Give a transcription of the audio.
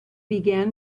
began